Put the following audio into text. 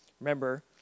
Remember